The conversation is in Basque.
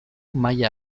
maila